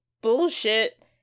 bullshit